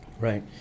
Right